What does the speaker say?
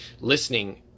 listening